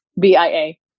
b-i-a